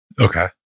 Okay